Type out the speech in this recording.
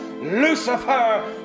Lucifer